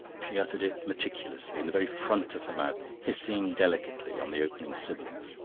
she uttered it meticulously, in the very front of her mouth, hissing delicately on the opening sibilant.